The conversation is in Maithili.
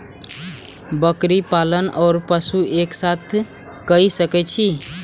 बकरी पालन ओर पशु एक साथ कई सके छी?